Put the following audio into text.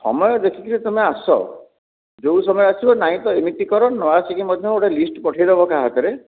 ସମୟ ଦେଖିକିରି ତମେ ଆସ ଯେଉଁ ସମୟରେ ଆସିବ ନାଇଁ ତ ଏମିତି କର ନ ଆସିକି ମଧ୍ୟ ଗୋଟେ ଲିଷ୍ଟ ପଠାଇଦେବ କାହା ହାତରେ